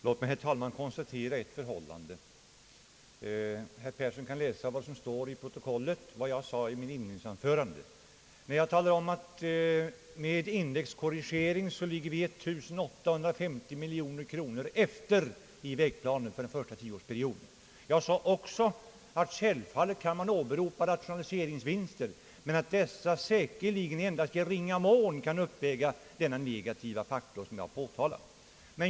Låt mig, herr talman, konstatera ett förhållande. Herr Persson kan läsa i protokollet vad jag sade i mitt inledningsanförande. Jag talade om att med indexkorrigering ligger vi 1850 miljoner kronor efter i vägplanen för första tioårsperioden. Jag sade också, att självfallet kan man åberopa rationaliseringsvinster, men att dessa säkerligen endast i ringa mån kan uppväga denna negativa faktor jag påtalat.